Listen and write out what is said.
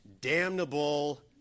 damnable